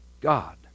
God